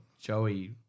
Joey